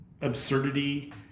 absurdity